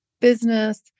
business